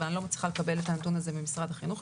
אבל לצערי אני לא מצליחה לקבל את הנתון הזה ממשרד החינוך.